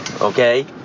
Okay